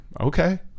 okay